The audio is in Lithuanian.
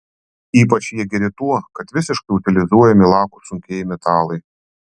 ypač jie geri tuo kad visiškai utilizuojami lakūs sunkieji metalai